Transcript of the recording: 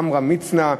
עמרם מצנע,